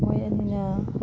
ꯃꯣꯏ ꯑꯅꯤꯅ